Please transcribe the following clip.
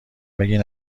بگین